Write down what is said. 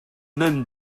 même